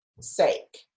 sake